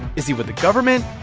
is he with the government?